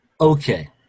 Okay